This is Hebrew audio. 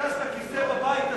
כשביקשת כיסא בבית הזה.